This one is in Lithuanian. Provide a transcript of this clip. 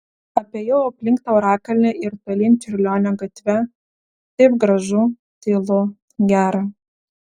apėjau aplink taurakalnį ir tolyn čiurlionio gatve taip gražu tylu gera